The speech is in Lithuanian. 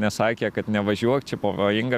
nesakė kad nevažiuok čia pavojinga